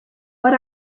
what